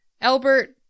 Albert